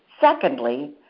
secondly